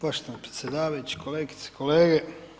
Poštovani predsjedavajući, kolegice i kolege.